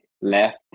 left